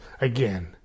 again